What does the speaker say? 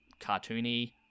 cartoony